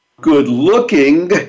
good-looking